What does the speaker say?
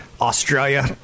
australia